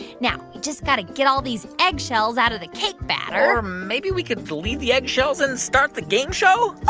now we just got to get all these eggshells out of the cake batter or maybe we could leave the eggshells and start the game show oh.